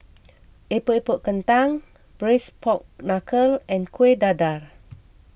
Epok Epok Kentang Braised Pork Knuckle and Kueh Dadar